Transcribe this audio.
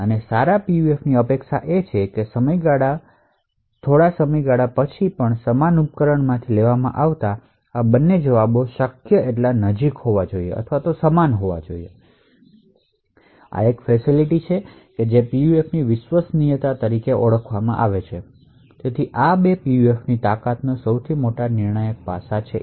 અને સારી પીયુએફની અપેક્ષા એ છે કે સમયગાળા પછી સમાન ઉપકરણમાંથી લેવામાં આવેલા આ 2 રીસ્પોન્શ શક્ય તેટલું નજીક હોવું જોઈએ અથવા બરાબર સમાન હોવું જોઈએ આ એક સુવિધા છે જે પીયુએફની વિશ્વસનીયતા તરીકે ઓળખાય છે અને તેથી આ 2 પીયુએફની તાકાતો માટે સૌથી નિર્ણાયક પાસાં બનાવે છે